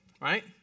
Right